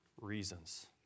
reasons